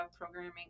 programming